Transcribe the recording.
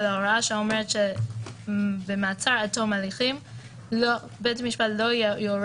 הוראה שאומרת שבמעצר עד תום ההליכים בית המשפט לא יורה